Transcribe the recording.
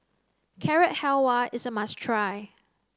Carrot Halwa is a must try